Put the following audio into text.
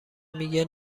میگی